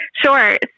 Sure